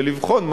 ולבחון.